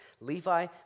Levi